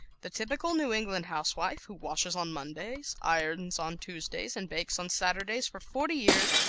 the typical new england housewife, who washes on mondays, irons on tuesdays and bakes on saturdays for forty years,